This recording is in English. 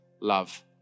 love